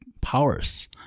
powers